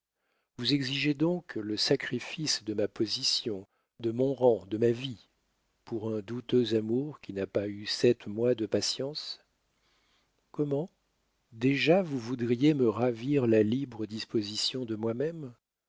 vous exigez donc le sacrifice de ma position de mon rang de ma vie pour un douteux amour qui n'a pas eu sept mois de patience comment déjà vous voudriez me ravir la libre disposition de moi-même